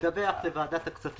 תדווח לוועדת הכספים.